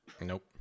Nope